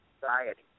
society